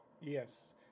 Yes